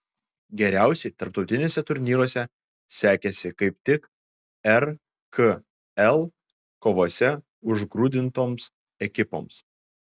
geriausiai tarptautiniuose turnyruose sekėsi kaip tik rkl kovose užgrūdintoms ekipoms